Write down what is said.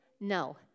No